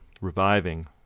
reviving